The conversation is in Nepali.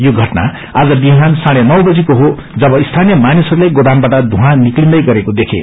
यो घटना आज बिहान साढ्ने नी बजीको हो जब सीीय मानिसहरूले गोदामबाट थुँवा निस्कदै गरेको देखे